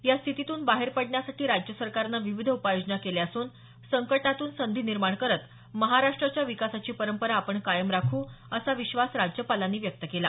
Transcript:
या स्थितीतून बाहेर पडण्यासाठी राज्य सरकारनं विविध उपाययोजना केल्या असून संकटातून संधी निर्माण करत महाराष्ट्राच्या विकासाची परंपरा आपण कायम राखू असा विश्वास राज्यपालांनी व्यक्त केला